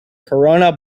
corona